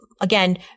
again